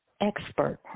expert